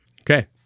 Okay